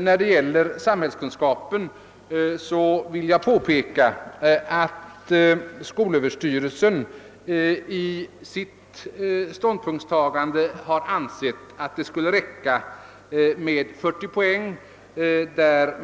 När det gäller samhällskunskapen vill jag påpeka för herr Romanus, att skolöverstyrelsen i sitt ståndpunktstagande ansett att det skulle räcka med 40 poäng i stället